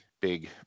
big